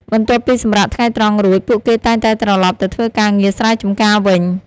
បន្ទាប់ពីសម្រាកថ្ងៃត្រង់រួច ពួកគេតែងតែត្រឡប់ទៅធ្វើការងារស្រែចម្ការវិញ។